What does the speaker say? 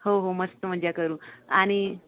हो हो मस्त मज्जा करू आणि